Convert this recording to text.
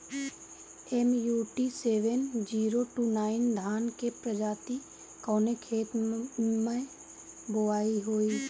MUT seven zero two nine धान के प्रजाति कवने खेत मै बोआई होई?